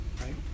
right